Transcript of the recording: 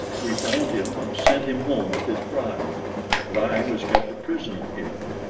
we found him and sent him home with his bride but i was kept a prisoner here.